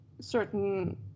certain